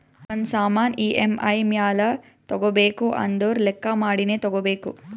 ಒಂದ್ ಸಾಮಾನ್ ಇ.ಎಮ್.ಐ ಮ್ಯಾಲ ತಗೋಬೇಕು ಅಂದುರ್ ಲೆಕ್ಕಾ ಮಾಡಿನೇ ತಗೋಬೇಕು